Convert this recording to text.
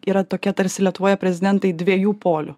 yra tokie tarsi lietuvoje prezidentai dviejų polių